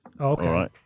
Okay